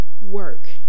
work